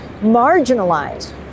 marginalized